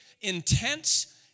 intense